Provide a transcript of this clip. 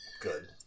Good